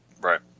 Right